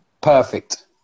Perfect